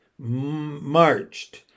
marched